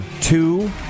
two